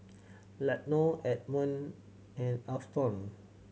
Latonya Edmond and Afton